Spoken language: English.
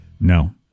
No